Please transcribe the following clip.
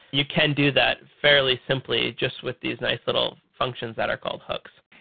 you can do that fairly simply just with these nice little functions that are called hooks.